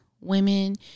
women